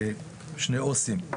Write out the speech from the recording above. שני עו"סים,